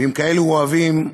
ועם כאלה אוהבים,